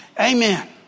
Amen